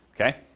Okay